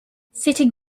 sitting